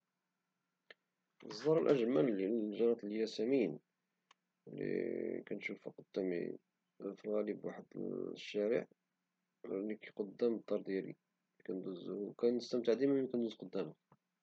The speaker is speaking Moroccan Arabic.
الزهرة الاجمل هي الياسمين يعني ديما كنشوفها قدام عيني كنكون غادي فواحد الشارع قدام الدار ديالي كنستمتع ديما ملي كندوز قدامها